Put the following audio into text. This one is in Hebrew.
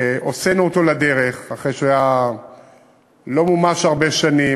הוצאנו אותו לדרך אחרי שהוא לא מומש הרבה שנים.